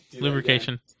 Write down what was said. lubrication